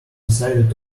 decided